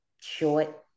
short